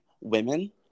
women